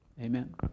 Amen